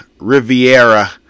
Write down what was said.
Riviera